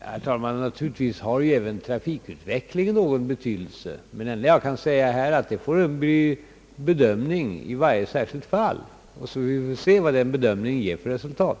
Herr talman! Naturligtvis har även trafikutvecklingen någon betydelse. Det får bli en bedömning i varje särskilt fall. Vi får se vad den bedömningen ger för resultat.